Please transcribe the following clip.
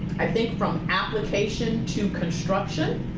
i think from application to construction,